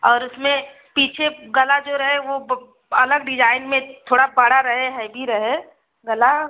और उसमें पीछे गला जो रहे वो अलग डिजाइन में थोड़ा बड़ा रहे हैभी रहे गला